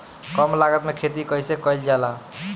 कम लागत में खेती कइसे कइल जाला?